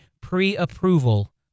pre-approval